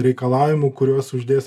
reikalavimų kuriuos uždės